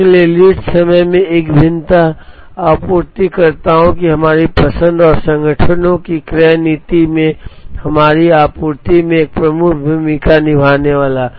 इसलिए लीड समय में एक भिन्नता आपूर्तिकर्ताओं की हमारी पसंद और संगठनों की क्रय नीति में हमारी आपूर्ति में एक प्रमुख भूमिका निभाने वाली है